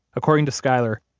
according to skyler,